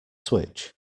switch